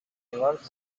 newark